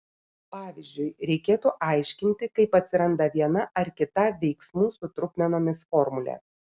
pavyzdžiui reikėtų aiškinti kaip atsiranda viena ar kita veiksmų su trupmenomis formulė